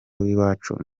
w’iwacu